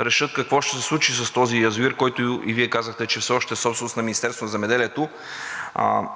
решат какво ще се случи с този язовир, който и Вие казахте, че все още е собственост на Министерството на земеделието.